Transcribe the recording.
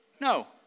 No